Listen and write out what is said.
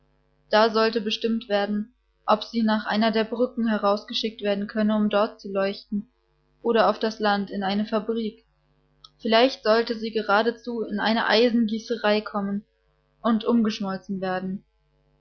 da sollte bestimmt werden ob sie nach einer der brücken herausgeschickt werden könne um dort zu leuchten oder auf das land in eine fabrik vielleicht sollte sie geradezu in eine eisengießerei kommen und umgeschmolzen werden